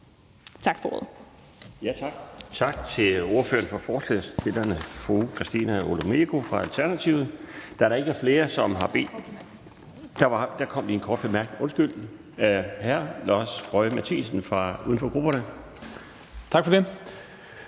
Tak for ordet.